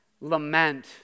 lament